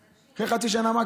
חצי שנה נתן להם.